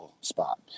spot